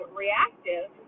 reactive